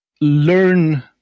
learn